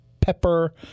pepper